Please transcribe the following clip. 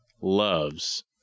loves